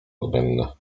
odmienny